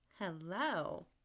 Hello